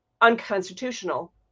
unconstitutional